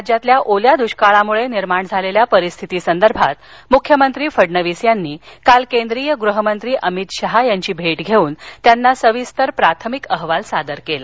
राज्यातील ओल्या दुष्काळामुळे निर्माण झालेल्या परिस्थितीसंदर्भात मुख्यमंत्री फडणवीस यांनी काल केंद्रीय गृहमंत्री अमित शहा यांची भेट घेऊन त्यांना सविस्तर प्राथमिक अहवाल सादर केला